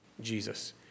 Jesus